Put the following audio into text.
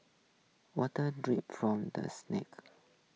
water drips from the snacks